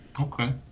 Okay